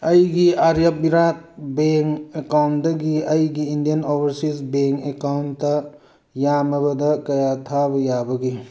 ꯑꯩꯒꯤ ꯑꯥꯔꯌꯕꯤꯔꯥꯠ ꯕꯦꯡ ꯑꯦꯀꯥꯎꯟꯗꯒꯤ ꯑꯩꯒꯤ ꯏꯟꯗꯤꯌꯥꯟ ꯑꯣꯕꯔꯁꯤꯁ ꯕꯦꯡ ꯑꯦꯀꯥꯎꯟꯗ ꯌꯥꯝꯃꯕꯗ ꯀꯌꯥ ꯊꯥꯕ ꯌꯥꯕꯒꯦ